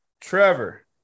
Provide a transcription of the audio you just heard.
Trevor